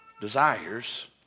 desires